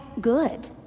good